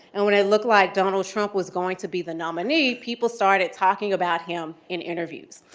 and when it looked like donald trump was going to be the nominee, people started talking about him in interviews.